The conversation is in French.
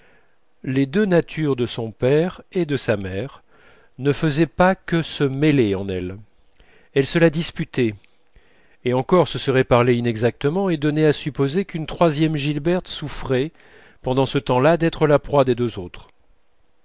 les deux natures de son père et de sa mère ne faisaient pas que se mêler en elle elles se la disputaient et encore ce serait parler inexactement et donnerait à supposer qu'une troisième gilberte souffrait pendant ce temps-là d'être la proie des deux autres